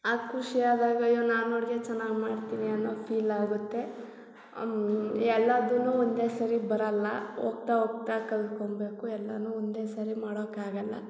ಆಗ ಖುಷಿ ಆದಾಗ ಅಯ್ಯೋ ನಾನು ಅಡುಗೆ ಚೆನ್ನಾಗಿ ಮಾಡ್ತೀನಿ ಅನ್ನೋ ಫೀಲ್ ಆಗುತ್ತೆ ಎಲ್ಲಾದೂ ಒಂದೇ ಸರಿ ಬರಲ್ಲ ಹೋಗ್ತಾ ಹೋಗ್ತಾ ಕಲ್ತ್ಕೊಂಬೇಕು ಎಲ್ಲವೂ ಒಂದೇ ಸಾರಿ ಮಾಡೋಕ್ಕಾಗಲ್ಲ